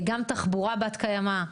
גם תחבורה בת-קיימא.